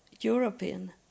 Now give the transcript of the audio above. European